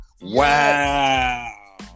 Wow